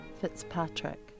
Fitzpatrick